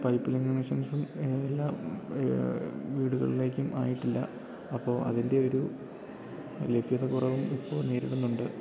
പൈപ്പിലിംഗ് കണക്ഷൻസും എല്ലാ വീടുകളിലേക്കും ആയിട്ടില്ല അപ്പോ അതിൻ്റെ ഒരു ലഫ്യത കുറവും ഇപ്പോ നേരിടുന്നുണ്ട്